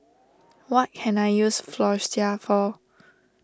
what can I use Floxia for